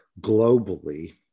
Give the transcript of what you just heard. globally